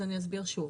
אז אסביר שוב.